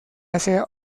asia